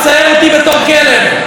מצייר אותי בתור כלב.